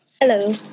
hello